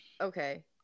Okay